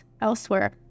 elsewhere